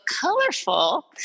Colorful